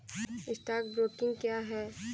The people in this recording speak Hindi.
स्टॉक ब्रोकिंग क्या है?